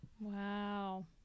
Wow